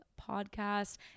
podcast